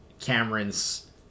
Cameron's